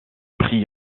pris